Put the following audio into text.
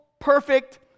perfect